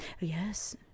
yes